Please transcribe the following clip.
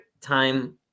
time